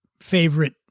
favorite